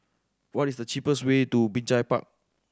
what is the cheapest way to Binjai Park